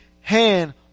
hand